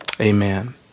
amen